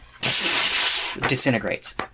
Disintegrates